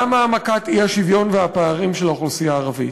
גם העמקת האי-שוויון והפערים של האוכלוסייה הערבית,